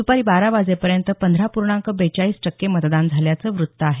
दुपारी बारा वाजेपर्यंत पंधरा पुर्णांक बेचाळीस टक्के मतदान झाल्याचं वृत्त आहे